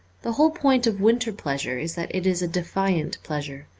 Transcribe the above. the whole point of winter pleasure is that it is a defiant pleasure,